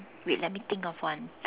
wait let me think of one